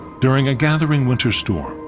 during a gathering winter storm,